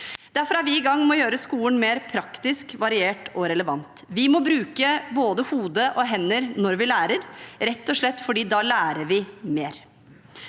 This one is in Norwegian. Derfor er vi i gang med å gjøre skolen mer praktisk, variert og relevant. Vi må bruke både hode og hender når vi lærer, rett og slett fordi vi da lærer mer.